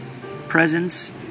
presence